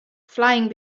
flying